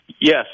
yes